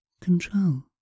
control